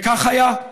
וכך היה.